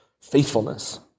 Faithfulness